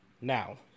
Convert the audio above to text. now